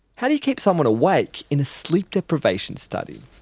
how do you keep someone awake in a sleep deprivation study?